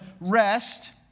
rest